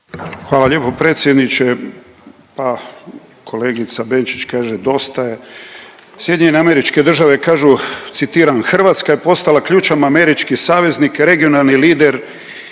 Hvala lijepo predsjedniče, pa kolegica Benčić kaže dosta je. SAD kažu, citiram, Hrvatska je postala ključan američki saveznik, regionalni lider